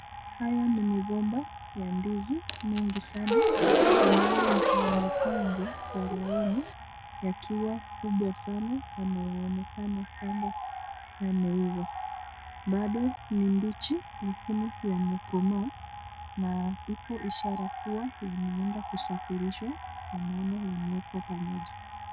Haya ni migomba ya ndizi mingi sana ambayo yamepangwa kwa laini yakiwa kubwa sana, yanaonekana kwamba yameiva. Bado ni mbichi lakini yamekomaa na ipo ishara kua yanaenda kusafirishwa ndio maana yameekwa pamoja.